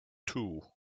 two